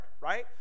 right